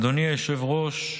אדוני היושב-ראש,